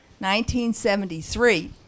1973